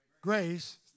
grace